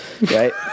right